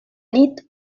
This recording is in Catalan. nit